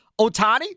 Otani